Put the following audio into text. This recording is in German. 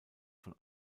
von